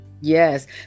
Yes